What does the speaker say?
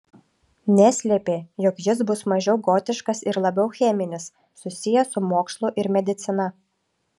neslėpė jog jis bus mažiau gotiškas ir labiau cheminis susijęs su mokslu ir medicina